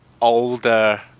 older